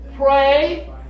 Pray